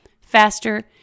faster